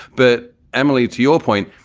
but emily, to your point,